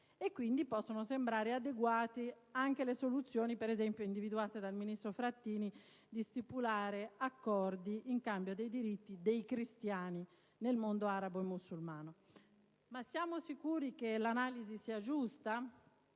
e quindi può sembrare adeguata anche la soluzione, individuata ad esempio dal ministro Frattini, di stipulare accordi in cambio dei diritti dei cristiani nel mondo arabo e musulmano. Ma siamo sicuri che l'analisi sia giusta?